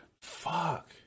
fuck